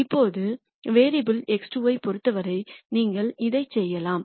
இப்போது variable x2 ஐப் பொறுத்தவரை நீங்கள் இதைச் செய்யலாம்